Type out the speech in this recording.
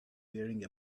wearing